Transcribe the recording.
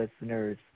listeners